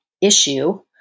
issue